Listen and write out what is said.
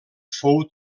fou